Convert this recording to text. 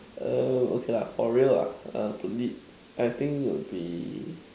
err okay lah for real ah to lead I think would be